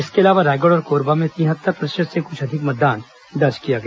इसके अलावा रायगढ़ और कोरबा में तिहत्तर प्रतिशत से कुछ अधिक मतदान दर्ज किया गया